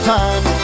time